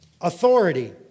authority